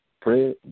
Pray